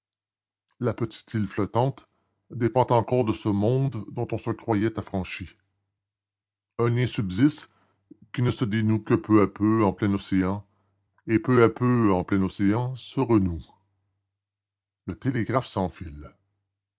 la petite île flottante dépend encore de ce monde dont on se croyait affranchi un lien subsiste qui ne se dénoue que peu à peu en plein océan et peu à peu en plein océan se renoue le télégraphe